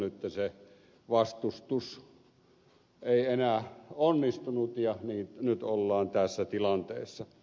nyt se vastustus ei enää onnistunut ja niin nyt ollaan tässä tilanteessa